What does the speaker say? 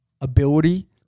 ability